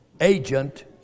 agent